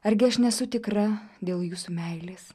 argi aš nesu tikra dėl jūsų meilės